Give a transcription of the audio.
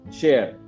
share